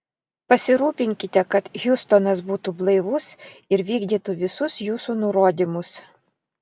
pasirūpinkite kad hiustonas būtų blaivus ir vykdytų visus jūsų nurodymus